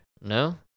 no